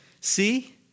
See